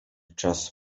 czas